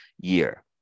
year